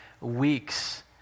weeks